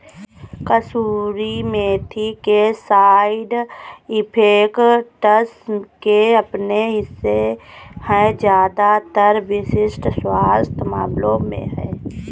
कसूरी मेथी के side effects के अपने हिस्से है ज्यादातर विशिष्ट स्वास्थ्य मामलों में है